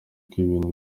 bw’ibintu